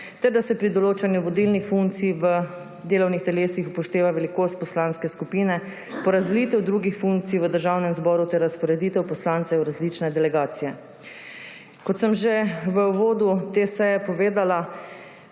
ter da se pri določanju vodilnih funkcij v delovnih telesih upošteva velikost poslanske skupine, porazdelitev drugih funkcij v Državnem zboru ter razporeditev poslancev v različne delegacije. Kot sem že v uvodu te seje povedala,